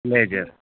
pleasure